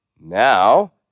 Now